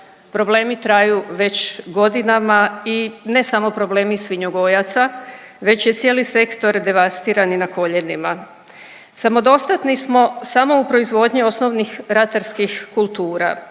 Problemi traju već godinama i ne samo problemi svinjogojaca već je cijeli sektor devastiran i na koljenima. Samodostatni smo samo u proizvodnji osnovnih ratarskih kultura,